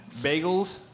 Bagels